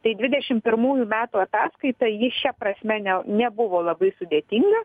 tai dvidešim pirmųjų metų ataskaita ji šia prasme ne nebuvo labai sudėtinga